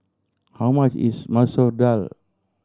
how much is Masoor Dal